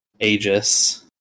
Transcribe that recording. Aegis